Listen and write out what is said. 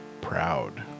proud